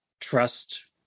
trust